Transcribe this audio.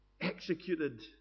Executed